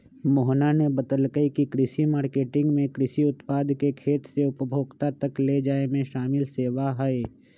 मोहना ने बतल कई की कृषि मार्केटिंग में कृषि उत्पाद के खेत से उपभोक्ता तक ले जाये में शामिल सेवा हई